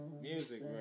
music